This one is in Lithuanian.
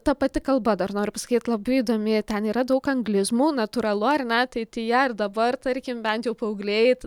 ta pati kalba dar noriu pasakyt labai įdomi ten yra daug anglizmų natūralu ar ne ateityje ir dabar tarkim bent jau paaugliai it